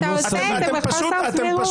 אתה עושה את זה בחוסר סבירות.